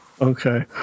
Okay